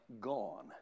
gone